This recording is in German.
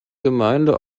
gemeinde